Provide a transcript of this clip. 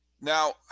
Now